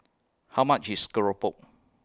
How much IS Keropok